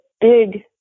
big